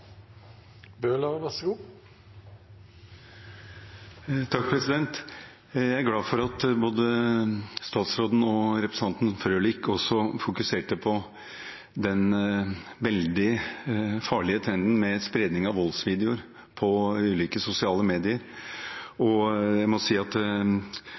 glad for at både statsråden og representanten Frølich fokuserte på den veldig farlige trenden med spredning av voldsvideoer på ulike sosiale medier. Jeg må si at